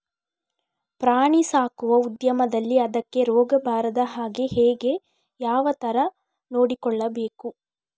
ಪ್ರಾಣಿ ಸಾಕುವ ಉದ್ಯಮದಲ್ಲಿ ಅದಕ್ಕೆ ರೋಗ ಬಾರದ ಹಾಗೆ ಹೇಗೆ ಯಾವ ತರ ನೋಡಿಕೊಳ್ಳಬೇಕು?